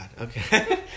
okay